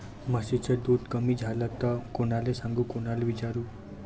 म्हशीचं दूध कमी झालं त कोनाले सांगू कोनाले विचारू?